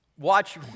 Watch